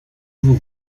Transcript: vous